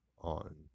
on